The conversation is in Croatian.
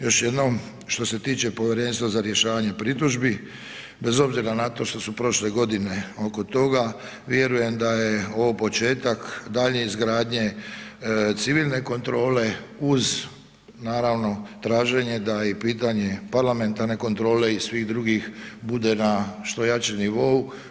Još jednom što se tiče povjerenstva za rješavanje pritužbi, bez obzira na to što su prošle godine oko toga vjerujem da je ovo početak daljnje izgradnje civilne kontrole uz naravno traženje da i pitanje parlamentarne kontrole i svih drugih bude na što jačem nivou.